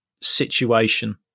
situation